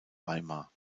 weimar